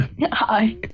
Hi